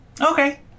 okay